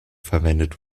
verwendet